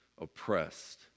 oppressed